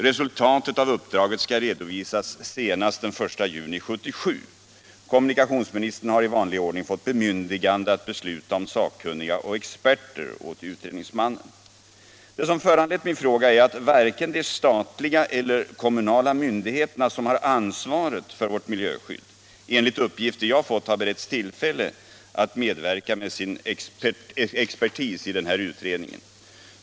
Resultatet av uppdraget skall redovisas senast den 1 juni 1977. Kommunikationsministern har i vanlig ordning fått bemyndigande att besluta om sakkunniga och experter åt utredningsmannen. Det som föranlett min fråga är att varken de statliga eller de kommunala myndigheter som har ansvaret för vårt miljöskydd enligt uppgifter jag fått har beretts tillfälle att medverka med sin expertis i den här utredningen.